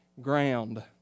ground